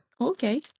okay